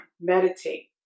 Meditate